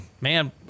man